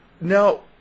now